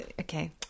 Okay